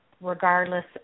regardless